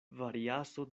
variaso